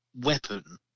weapon